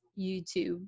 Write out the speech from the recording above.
YouTube